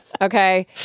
Okay